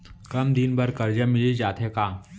कम दिन बर करजा मिलिस जाथे का?